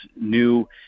new